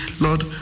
Lord